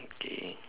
okay